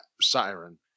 Siren